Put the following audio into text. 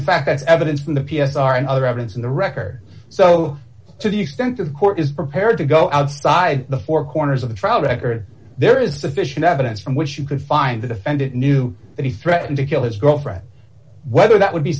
in fact that's evidence from the p s r and other evidence in the record so to the extent of court is prepared to go outside the four corners of the trial record there is sufficient evidence from which you could find the defendant knew that he threatened to kill his girlfriend whether that would be